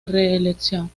reelección